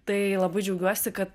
tai labai džiaugiuosi kad